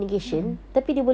mm mm